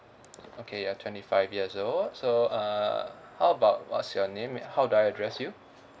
okay you're twenty five years old so uh how about what's your name how do I address you